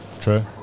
true